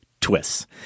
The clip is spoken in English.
twists